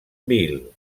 bhil